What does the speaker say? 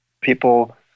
people